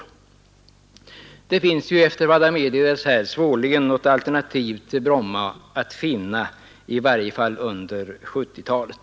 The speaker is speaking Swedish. Enligt vad som meddelats här står svårligen något alternativ till Bromma att finna, i varje fall under 1970-talet.